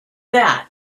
that